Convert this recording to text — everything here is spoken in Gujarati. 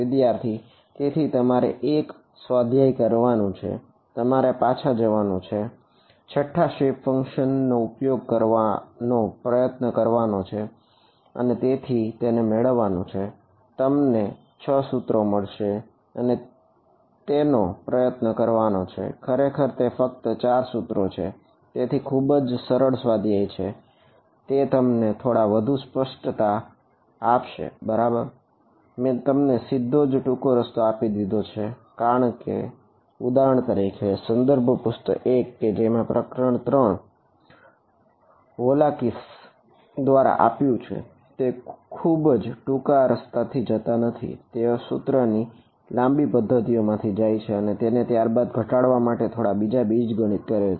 વિદ્યાર્થી તેથી તમારે એક સ્વાધ્યાય કરવાનું છે કે તમારે પાછા જવાનું છે અને 6ઠા શેપ ફંક્શન દ્વારા આપ્યું છે તેઓ ટુંકા રસ્તે જતા નથી તેઓ સૂત્રોની લાંબી પદ્ધતિઓ માંથી જાય છે અને ત્યારબાદ તેને ઘટાડવા માટે થોડા બીજગણિત કરે છે